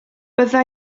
bydda